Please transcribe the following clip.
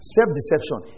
Self-deception